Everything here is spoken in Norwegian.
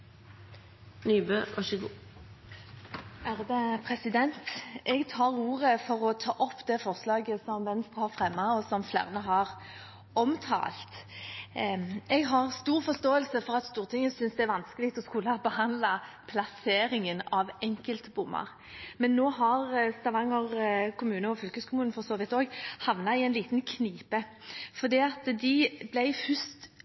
forslaget som Venstre har fremmet, og som flere har omtalt. Jeg har stor forståelse for at Stortinget synes det er vanskelig å skulle behandle plasseringen av enkeltbommer. Men nå har Stavanger kommune – og fylkeskommune, for så vidt også – havnet i en liten knipe, for de ble først